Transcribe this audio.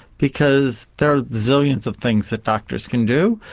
because there are zillions of things that doctors can do.